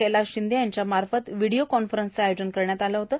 कैलास शिंदे यांच्या मार्फत व्हिडीओ कॉन्फरन्सचं आयोजन करण्यात आलं होतं